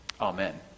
Amen